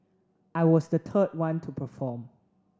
I was the third one to perform